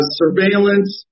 surveillance